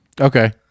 Okay